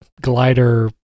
glider